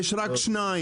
יש רק שניים.